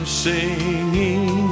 singing